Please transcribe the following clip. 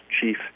chief